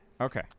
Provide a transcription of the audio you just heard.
Okay